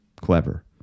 clever